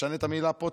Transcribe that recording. תשנה את המילה פה,